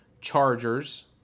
Chargers